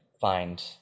find